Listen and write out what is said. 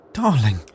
Darling